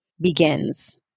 begins